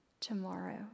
tomorrow